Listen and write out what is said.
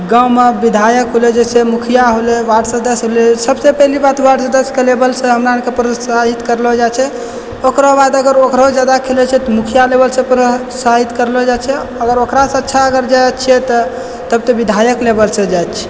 गाँवमे विधायक होलय जैसे मुखिआ होलय वार्ड सदस्य होलय सभसँ पहिले बात वार्ड सदस्यके लेवलसँ हमरा अओरके प्रोत्साहित करलो जाइत छै ओकरा बाद अगर ओकरोसँ जादा खेलैत छियै तऽ मुखिआ लेवलसँ प्रोत्साहित करलो जाइत छै अगर ओकरासँ अच्छा अगर जाइत छियै तऽ तब तऽ विधायक लेवलसँ जाइत छियै